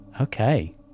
Okay